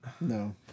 No